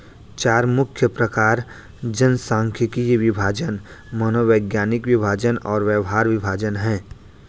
चार मुख्य प्रकार जनसांख्यिकीय विभाजन, मनोवैज्ञानिक विभाजन और व्यवहार विभाजन हैं